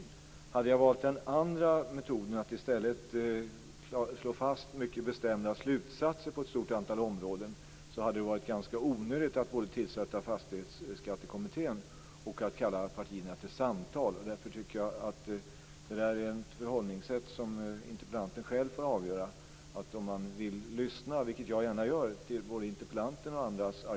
Om jag i stället hade valt den andra metoden, att slå fast mycket bestämda slutsatser på ett stort antal områden, hade det varit ganska onödigt att tillsätta Fastighetsbeskattningskommittén och kalla partierna till samtal. Interpellanten får själv ta ställning till förhållningssättet. Jag lyssnar gärna till argument och synpunkter, både från interpellanten och andra.